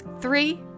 Three